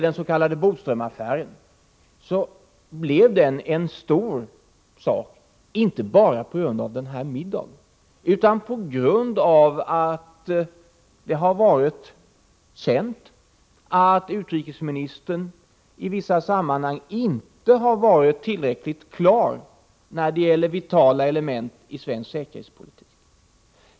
Den s.k. Bodströmaffären blev en stor sak, inte bara på grund av middagen utan på grund av att det har varit känt att utrikesministern i vissa sammanhang inte varit tillräckligt klar när det gäller vitala element i svensk säkerhetspolitik.